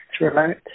remote